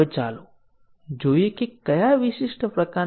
હવે ચાલો એક વધુ પ્રશ્ન જોઈએ